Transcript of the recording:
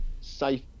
safe